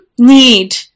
need